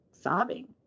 sobbing